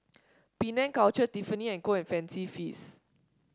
Penang Culture Tiffany And Co and Fancy Feast